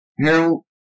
Harold